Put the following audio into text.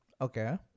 Okay